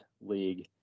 league